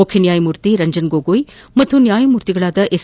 ಮುಖ್ಯ ನ್ಯಾಯಮೂರ್ತಿ ರಂಜನ್ ಗೊಗೊಯ್ ಮತ್ತು ನ್ಯಾಯಮೂರ್ತಿಗಳಾದ ಎಸ್